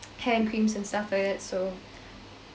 hand creams and stuff like that so